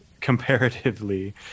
comparatively